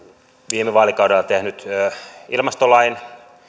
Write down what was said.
viime vaalikaudella tehnyt ilmastolain